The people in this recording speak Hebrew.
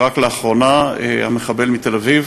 רק לאחרונה, המחבל מתל-אביב,